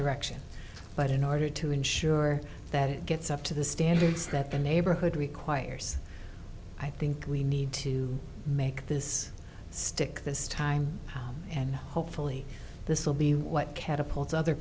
direction but in order to ensure that it gets up to the standards that the neighborhood requires i think we need to make this stick this time and hopefully this will be what catapults other